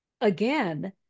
again